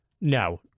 no